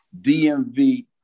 DMV